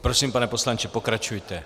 Prosím, pane poslanče, pokračujte.